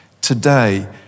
Today